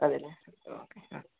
അതെയല്ലേ ഓക്കേ